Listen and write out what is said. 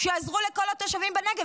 שעזרו לכל התושבים בנגב?